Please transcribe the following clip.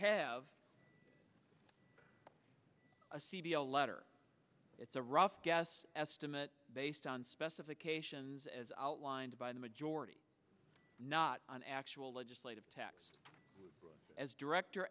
have a c b a letter it's a rough guess estimate based on specifications as outlined by the majority not an actual legislative tax as director